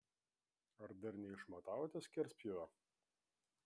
ar dar neišmatavote skerspjūvio